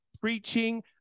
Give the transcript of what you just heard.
preaching